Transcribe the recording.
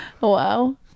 Wow